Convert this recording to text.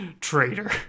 traitor